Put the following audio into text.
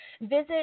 visit